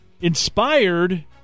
inspired